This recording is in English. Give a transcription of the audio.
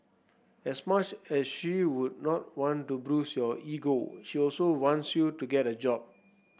as much as she would not want to bruise your ego she also wants you to get a job